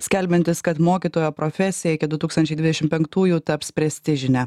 skelbiantis kad mokytojo profesija iki du tūkstančiai dvidešimt penktųjų taps prestižine